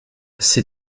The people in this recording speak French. c’est